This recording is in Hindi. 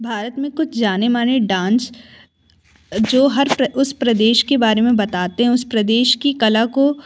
भारत में कुछ जाने माने डांस जो हर उस प्रदेश के बारे में बताते हैं उस प्रदेश की कला को